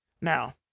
now